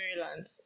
Maryland